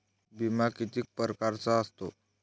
बिमा किती परकारचा असतो?